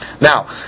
Now